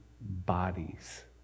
bodies